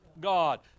God